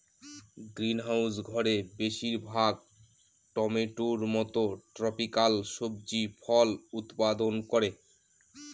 greenhouse ঘরে বেশির ভাগ টমেটোর মত ট্রপিকাল সবজি ফল উৎপাদন করে